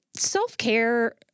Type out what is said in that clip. Self-care